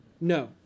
No